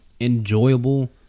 enjoyable